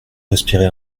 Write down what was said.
respirer